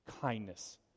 kindness